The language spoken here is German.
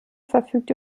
verfügt